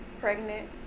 pregnant